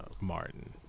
Martin